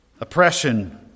oppression